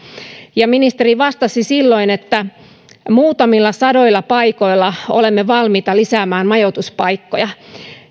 ja ministeri vastasi silloin että muutamilla sadoilla paikoilla olemme valmiita lisäämään majoituspaikkoja